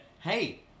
Hey